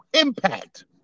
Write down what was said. impact